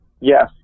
Yes